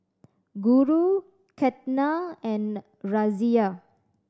Guru Ketna and Razia